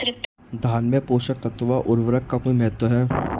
धान में पोषक तत्वों व उर्वरक का कोई महत्व है?